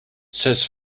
says